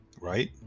right